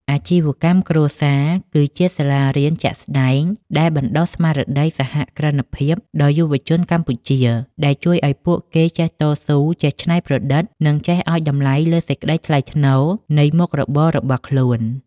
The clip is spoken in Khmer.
អាជីវកម្មគ្រួសារគឺជាសាលារៀនជាក់ស្ដែងដែលបណ្ដុះស្មារតីសហគ្រិនភាពដល់យុវជនកម្ពុជា ដែលជួយឱ្យពួកគេចេះតស៊ូ ចេះច្នៃប្រឌិត និងចេះឱ្យតម្លៃលើសេចក្ដីថ្លៃថ្នូរនៃមុខរបររបស់ខ្លួន។